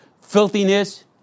filthiness